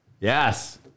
Yes